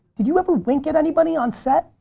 do you ever wink at anybody on set?